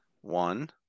One